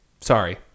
Sorry